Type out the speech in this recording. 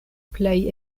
plej